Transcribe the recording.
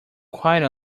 quite